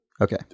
okay